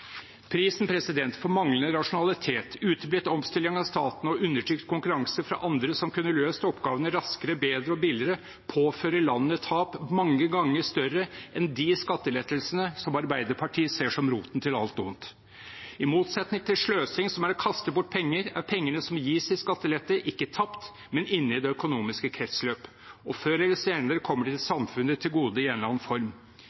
Prisen for manglende rasjonalitet, uteblitt omstilling av staten og undertrykt konkurranse fra andre som kunne løst oppgavene raskere, bedre og billigere, påfører landet tap mange ganger større enn de skattelettelsene Arbeiderpartiet ser som roten til alt ondt. I motsetning til sløsing, som er å kaste bort penger, er penger som gis i skattelette, ikke tapt, men inne i det økonomiske kretsløpet. Før eller senere kommer de samfunnet til gode i en eller annen form.